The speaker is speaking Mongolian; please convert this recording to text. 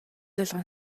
болгон